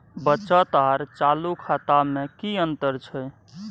बचत आर चालू खाता में कि अतंर छै?